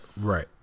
right